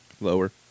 Lower